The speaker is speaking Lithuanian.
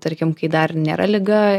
tarkim kai dar nėra liga